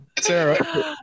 Sarah